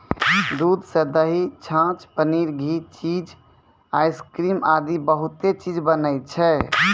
दूध सॅ दही, छाछ, पनीर, घी, चीज, आइसक्रीम आदि बहुत चीज बनै छै